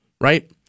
right